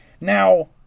now